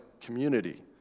community